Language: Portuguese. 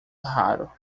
raro